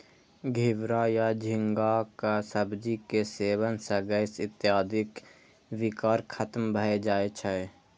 घिवरा या झींगाक सब्जी के सेवन सं गैस इत्यादिक विकार खत्म भए जाए छै